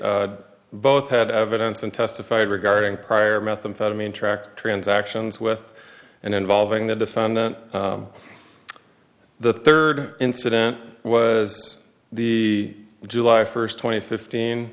they both had evidence and testified regarding prior methamphetamine tracked transactions with and involving the defendant the third incident was the july first twenty fifteen